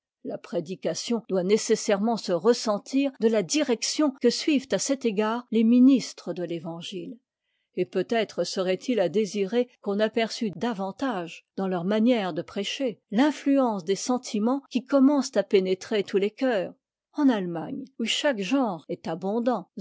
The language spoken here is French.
la prédication doit nécessairement se ressentir de la direction que suivent à cet égard les ministres de l'évangile et peut-être serait-il à désirer qu'on aperçût davantage dans leur manière de prêcher t'influence des sentiments qui commencent à pénétrer tous ies cœurs en allemagne où chaque genre est abondant